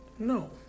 no